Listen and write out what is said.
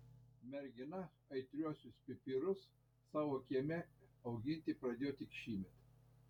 mergina aitriuosius pipirus savo kieme auginti pradėjo tik šįmet